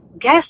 guess